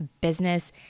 business